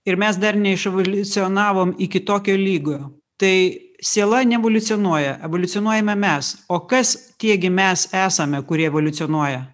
ir mes dar neiševoliucionavom iki tokio lygio tai siela neevoliucionuoja evoliucionuojame mes o kas tie gi mes esame kurie evoliucionuoja